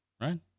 Right